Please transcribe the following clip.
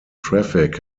traffic